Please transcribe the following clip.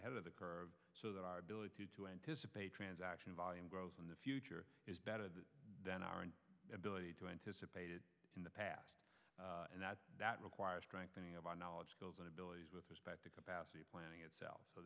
ahead of the curve so that our ability to anticipate transaction volume growth in the future is better than our ability to anticipated in the past and that that requires strengthening of our knowledge skills and abilities with the capacity planning itself so